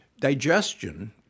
Digestion